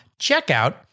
checkout